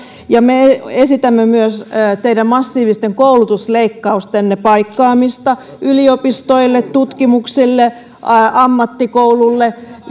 ja me esitämme myös teidän massiivisten koulutusleikkaustenne paikkaamista yliopistoille tutkimukselle ammattikoululle